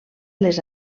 les